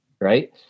Right